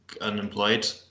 unemployed